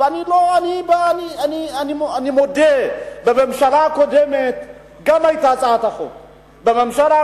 אני מודה שגם בממשלה הקודמת היתה הצעת החוק הזאת.